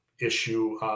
issue